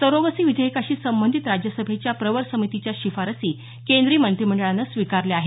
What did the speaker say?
surrogacy विधेयकाशी संबंधित राज्यसभेच्या प्रवर समितीच्या शिफारसी केंद्रीय मंत्रिमंडळानं स्वीकारल्या आहेत